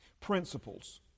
Principles